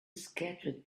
scattered